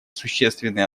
существенные